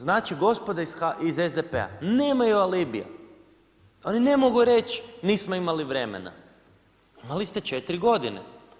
Znači gospode iz SDP-a nemaju alibija, oni ne mogu reći nismo imali vremena, imali ste 4 godine.